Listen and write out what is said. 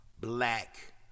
black